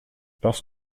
parce